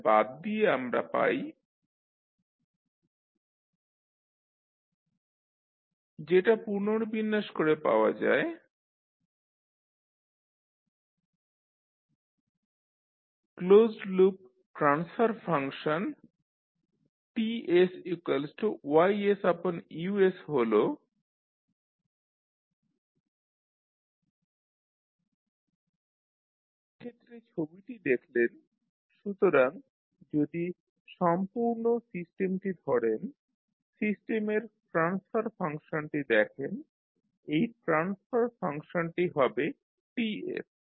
তাহলে বাদ দিয়ে আমরা পাই YsGsUs HsYs যেটা পুনর্বিন্যাস করে পাওয়া যায় 1GsHsYsGsU closed loop transfer function TYU হল TsG1GsH এক্ষেত্রে ছবিটি দেখলেন সুতরাং যদি সম্পূর্ণ সিস্টেমটি ধরেন সিস্টেমের ট্রান্সফার ফাংশনটি দেখেন এই ট্রান্সফার ফাংশনটি হবে T